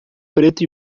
preto